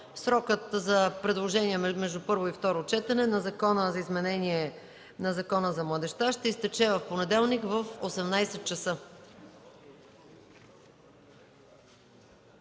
Срокът за предложения между първо и второ четене на Законопроекта за изменение на Закона за младежта ще изтече в понеделник, в 18,00 ч.